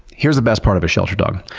here's the best part of a shelter dog.